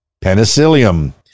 penicillium